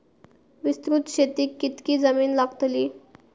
विस्तृत शेतीक कितकी जमीन लागतली?